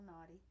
naughty